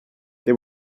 they